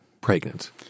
pregnant